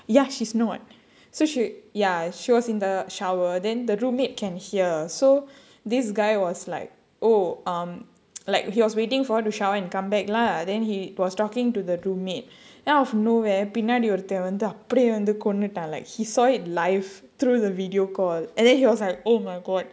ya she's not so she ya she was in the shower then the roommate can hear so this guy was like oh um like he was waiting for her to shower and come back lah then he was talking to the roommate and out of nowhere பின்னாடி ஒருத்தன் வந்து அப்டியே கொன்னுட்டான்:pinnaadi oruthan vandhu apdiyae konnuttaan like he saw it live through the video call and then he was like oh my god then that guy